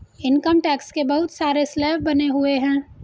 income tax के बहुत सारे स्लैब बने हुए हैं